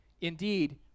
Indeed